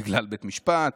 בגלל בית משפט.